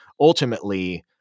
Ultimately